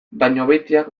dañobeitiak